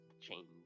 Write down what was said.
change